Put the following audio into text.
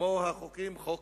כמו חוק ה"נכבה".